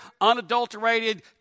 unadulterated